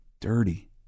dirty